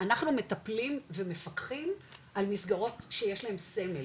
אנחנו מטפלים ומפקחים על מסגרות שיש להם סמל